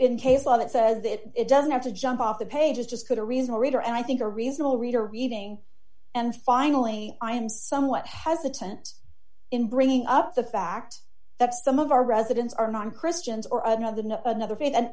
in case law that says that it doesn't have to jump off the page is just good a reason a reader and i think a reasonable reader reading and finally i am somewhat hesitant in bringing up the fact that some of our residents are non christians or another other faith and